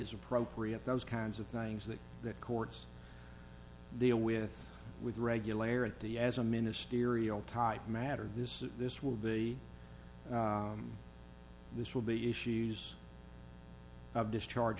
is appropriate those kinds of things that the courts deal with with regularity as a ministerial type matter this this will be this will be issues of discharge